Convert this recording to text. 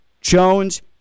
Jones